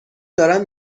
دارم